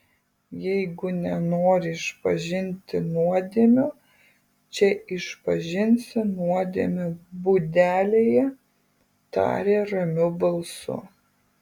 jeigu nenori išpažinti nuodėmių čia išpažinsi nuodėmių būdelėje tarė ramiu balsu